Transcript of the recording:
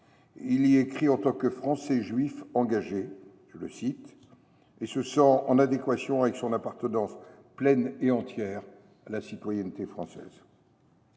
Il y écrit que, en tant que « Français juif engagé », il se sent « en adéquation avec son appartenance pleine et entière à la citoyenneté française